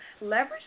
leverage